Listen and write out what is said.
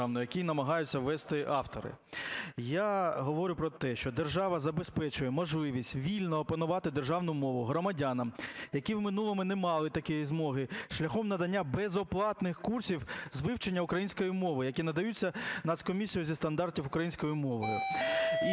Я говорю про те, що держава забезпечує можливість вільно опанувати державну мову громадянам, які в минулому не мали такої змоги, шляхом надання безоплатних курсів з вивчення української мови, які надаються Нацкомісією зі стандартів української мови.